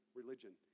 religion